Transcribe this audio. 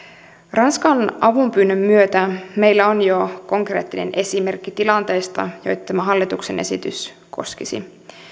ranskan avunpyynnön myötä meillä on jo konkreettinen esimerkki tilanteesta jota tämä hallituksen esitys koskisi